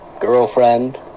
girlfriend